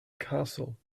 castle